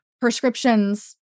prescriptions